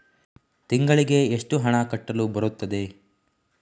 ತಿಂಗಳಿಗೆ ಎಷ್ಟು ಹಣ ಕಟ್ಟಲು ಬರುತ್ತದೆ?